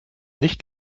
nicht